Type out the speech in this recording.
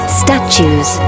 statues